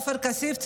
עופר כסיף,